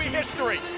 history